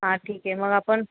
हां ठीक आहे मग आपण